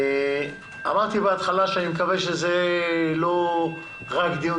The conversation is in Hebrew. אמרתי בהתחלה שאני מקווה שזה לא רק דיון